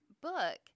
book